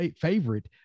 favorite